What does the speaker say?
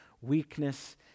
weakness